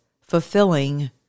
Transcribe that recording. fulfilling